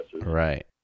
Right